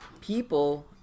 people